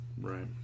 right